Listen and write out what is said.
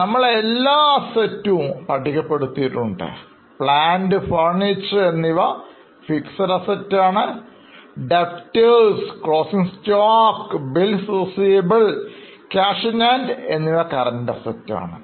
നമ്മൾ എല്ലാ Assets ഉംപട്ടിക പെടുത്തിയിട്ടുണ്ട് Plant Furniture എന്നിവ Fixed Assets ആണ് Debtors closing stock bills receivable cash in hand എന്നിവ Current assets ആണ്